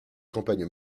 campagnes